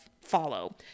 follow